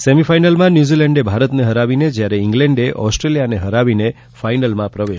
સેમિફાઇનલમાં ન્યુઝીલેન્ડે ભારતને હરાવીને જ્યારે ઇંગ્લેન્ડે ઓસ્ટ્રેલીયાને હરાવીને ફાઇનલમાં પ્રવેશ મેળવ્યો હતો